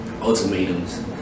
ultimatums